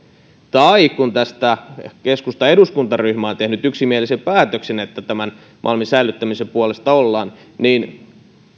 tai kun tästä keskustan eduskuntaryhmä on tehnyt yksimielisen päätöksen että malmin säilyttämisen puolesta ollaan niin